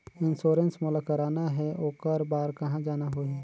Insurance मोला कराना हे ओकर बार कहा जाना होही?